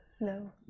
no